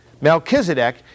Melchizedek